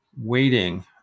waiting